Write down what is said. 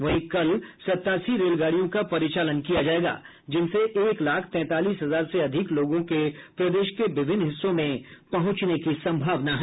वहीं कल सतासी रेलगाड़ियों का परिचालन किया जायेगा जिनसे एक लाख तैंतालीस हजार से अधिक लोगों के प्रदेश के विभिन्न हिस्सों में पहुंचने की संभावना है